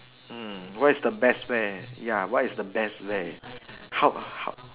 mm what is the best way ya what is the best way